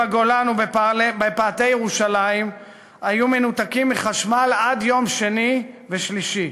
בגולן ובפאתי ירושלים היו מנותקים מחשמל עד יום שני ושלישי.